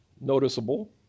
noticeable